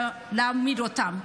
ולהעמיד אותם.